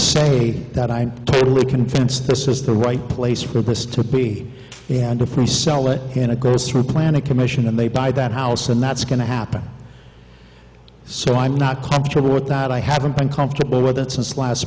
say that i'm totally convinced this is the right place for this to be and to free sell it in a grocery planning commission and they buy that house and that's going to happen so i'm not comfortable with that i haven't been comfortable with that since last